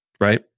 Right